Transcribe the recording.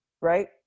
right